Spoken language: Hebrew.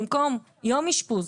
במקום יום אשפוז,